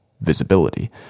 visibility